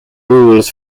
rules